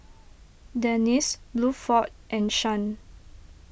Dennis Bluford and Shan